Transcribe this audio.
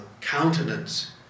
countenance